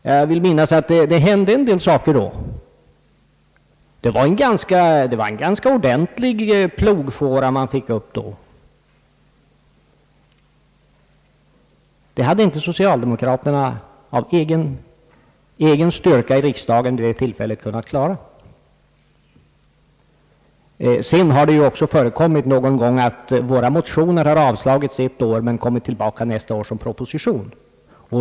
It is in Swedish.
Jag vill minnas att det hände en del saker på den tiden också. Det var en ganska ordentlig plogfåra man fick upp då, och det hade inte socialdemokraterna av egen styrka i riksdagen kunnat klara vid det tillfället. Det har ju också förekommit någon gång att våra motioner har avslagits ett år och kommit tillbaka nästa år som propositioner.